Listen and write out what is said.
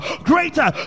greater